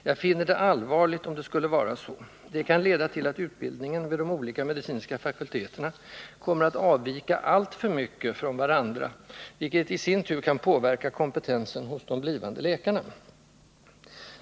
Jag finner det allvarligt, om det skulle vara så. Det kan leda till att läroplanerna vid de olika medicinska fakulteterna kommer att avvika alltför mycket från varandra, vilket i sin tur kan påverka kompetensen hos de blivande läkarna.